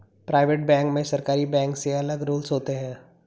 private bank में सरकारी bank से अलग रूल्स होते है